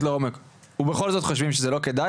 לעומק ובכל זאת חושבים שזה לא כדאי,